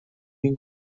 این